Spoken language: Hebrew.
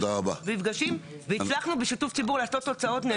מפגשים והצלחנו בשיתוף ציבורי להגיע לתוצאות נהדרות.